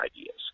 ideas